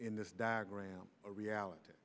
in this diagram a reality